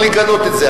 לגנות את זה.